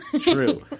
true